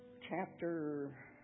chapter